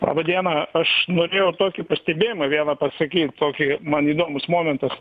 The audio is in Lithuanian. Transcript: laba diena aš norėjau tokį pastebėjimą vieną pasakyt tokį man įdomus momentas